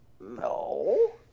No